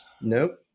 Nope